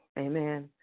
Amen